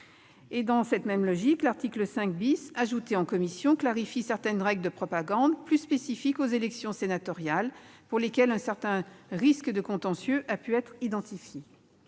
Dans cette même logique, l'article 5 , ajouté par la commission, clarifie certaines règles de propagande plus spécifiques aux élections sénatoriales, pour lesquelles un certain risque de contentieux a pu être identifié.